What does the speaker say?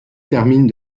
terminent